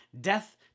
death